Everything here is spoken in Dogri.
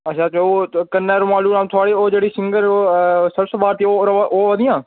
अच्छा ते ओह् कन्नै ओह् रोमालू राम थुआड़ी ओह् जेह्ड़ी सिंगर ओह् सरस भारती ओह् र ओह् औऐ दियां